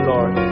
Lord